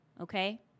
Okay